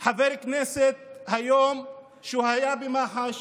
היום חבר כנסת שהיה במח"ש,